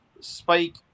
Spike